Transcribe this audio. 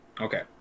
Okay